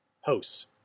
Hosts